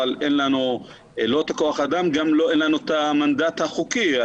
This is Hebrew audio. אבל אין לנו את כוח האדם וגם אין לנו את המנדט החוקי.